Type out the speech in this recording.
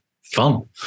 fun